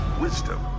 wisdom